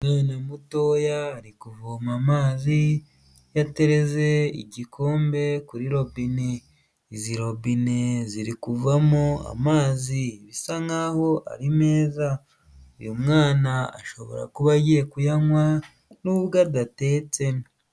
Umwana mutoya ari kuvoma amazi yatereze igikombe kuri robine izi robine ziri kuvomo amazi bisa nkaho ari meza uyu mwana ashobora kuba agiye kuyanywa n'ubwo adatetse.